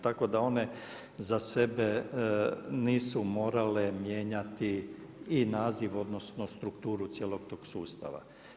Tako da one za sebe nisu morale mijenjati i naziv odnosno strukturu cijelog tog sustava.